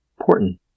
important